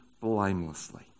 blamelessly